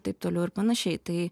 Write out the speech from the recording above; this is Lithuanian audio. taip toliau ir panašiai tai